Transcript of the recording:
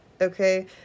Okay